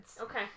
okay